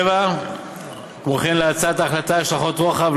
7. כמו כן, להצעת ההחלטה השלכות רוחב.